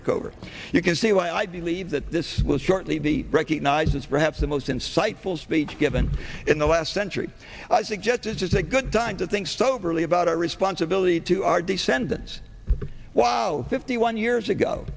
rickover you can see why i believe that this will shortly be recognized as perhaps the most insightful speech given in the last century i suggest this is a good time to think soberly about our responsibility to our descendants wow fifty one years ago